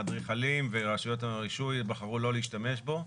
אדריכלים ורשויות הרישוי בחרו לא להשתמש בו.